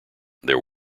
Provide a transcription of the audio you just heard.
their